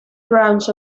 rounds